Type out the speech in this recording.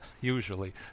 usually